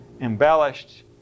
embellished